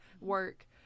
work